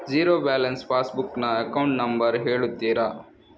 Zero balance passbook ನ account number ಹೇಳುತ್ತೀರಾ?